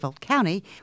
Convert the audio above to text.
County